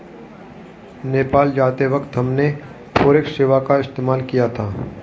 नेपाल जाते वक्त हमने फॉरेक्स सेवा का इस्तेमाल किया था